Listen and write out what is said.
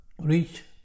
reach